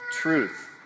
truth